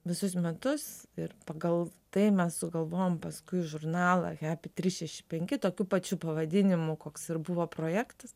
visus metus ir pagal tai mes sugalvojom paskui žurnalą hepi trys šeši penki tokiu pačiu pavadinimu koks ir buvo projektas